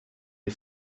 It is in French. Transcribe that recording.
les